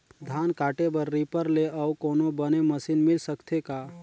धान काटे बर रीपर ले अउ कोनो बने मशीन मिल सकथे का?